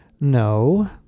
No